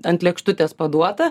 ant lėkštutės paduota